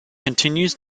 continues